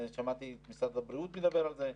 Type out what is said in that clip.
ושמעתי גם את משרד הבריאות מדבר על זה,